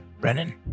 Brennan